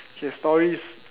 so stories